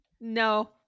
No